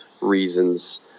reasons